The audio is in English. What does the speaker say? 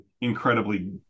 incredibly